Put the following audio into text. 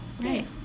right